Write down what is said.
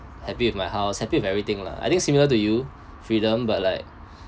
happy with my house happy with everything lah I think similar to you freedom but like